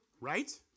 Right